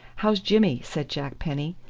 how's jimmy? said jack penny.